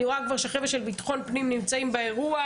אני רואה כבר שהחבר'ה של ביטחון פנים נמצאים באירוע,